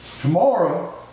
tomorrow